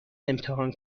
امتحان